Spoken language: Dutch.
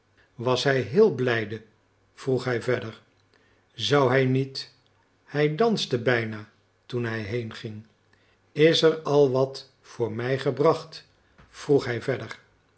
was hij heel blijde vroeg hij verder zou hij niet hij danste bijna toen hij heenging is er al wat voor mij gebracht vroeg hij verder